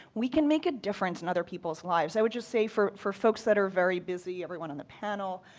we can make a difference in other people's lives. i would just say for for folks that are very busy, everyone on the panel,